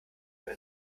bei